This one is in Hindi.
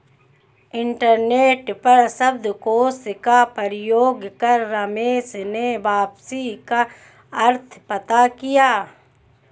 इंटरनेट पर शब्दकोश का प्रयोग कर रमेश ने वापसी का अर्थ पता किया